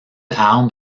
arbre